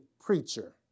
preacher